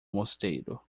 mosteiro